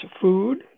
food